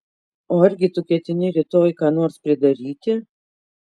o argi tu ketini rytoj ką nors pridaryti